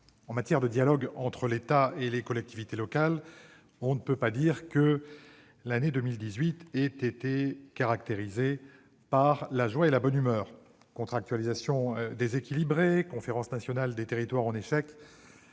En matière de dialogue entre l'État et les collectivités locales, on ne peut pas dire que l'année 2018 ait été caractérisée par la joie et la bonne humeur : contractualisation déséquilibrée, conférence nationale des territoires en échec,